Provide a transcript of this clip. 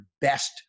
best